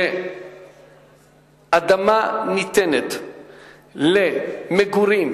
שאדמה ניתנת למגורים,